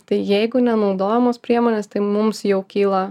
tai jeigu nenaudojamos priemonės tai mums jau kyla